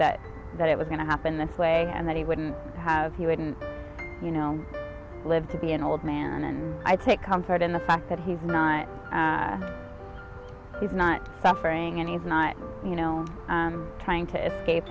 that that it was going to happen this way and that he wouldn't have he wouldn't you know live to be an old man and i take comfort in the fact that he's not he's not suffering and he's not you know trying to escape